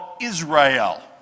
Israel